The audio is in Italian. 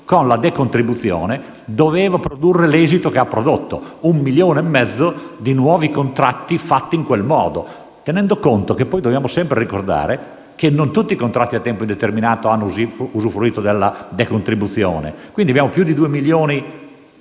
con la decontribuzione doveva produrre l'esito che ha prodotto: un milione e mezzo di nuovi contratti fatti in quel modo. E noi dobbiamo sempre ricordare che non tutti i contratti a tempo indeterminato hanno usufruito della decontribuzione. Abbiamo più di due milioni